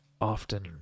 often